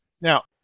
Now